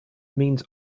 means